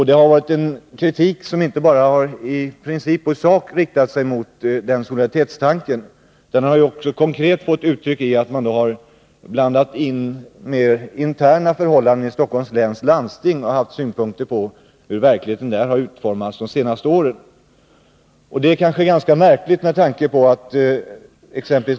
Denna kritik har inte bara riktat sig mot solidaritetstankens princip, utan den har också konkret kommit till uttryck i att moderaterna har blandat in mer interna förhållanden i Stockholms läns landsting och haft synpunkter på hur verkligheten där har utformats under de senaste åren.